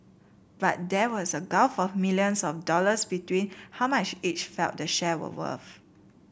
but there was a gulf of millions of dollars between how much each felt the share were worth